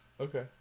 Okay